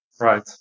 Right